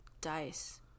dice